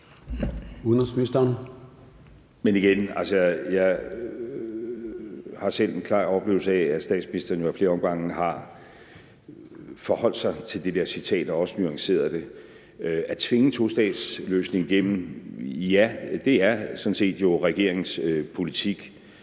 Men igen vil jeg sige, at jeg selv har en klar oplevelse af, at statsministeren ad flere omgange har forholdt sig til det der citat og også nuanceret det. Ja, at tvinge en tostatsløsning igennem er sådan set regeringens politik,